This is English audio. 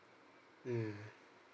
mm